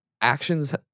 actions